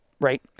right